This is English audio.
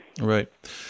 Right